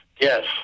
Yes